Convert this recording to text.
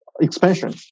expansion